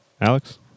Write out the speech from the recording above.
Alex